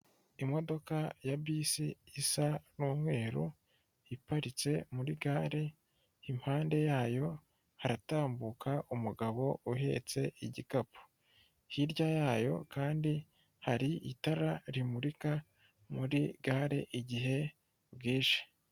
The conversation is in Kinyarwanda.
Imodoka ya bisi isa n'umweru, iparitse muri gare, impande yayo haratambuka umugabo uhetse igikapu. Hirya yayo kandi hari itara rimurika muri gare igihe bwije.